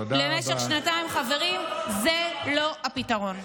חברים, זה לא הפתרון.